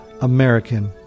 American